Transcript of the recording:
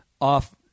off